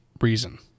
reason